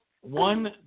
one